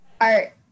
Art